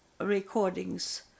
recordings